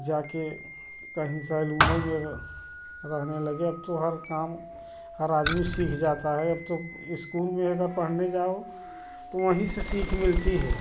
जा के कहीं सैलून अगर हमें लगे अब तो हर काम हर आदमी सीख जाता है अब तो स्कूल में अगर पढ़ने जाओ तो वहीं से सीख मिलती है